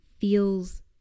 feels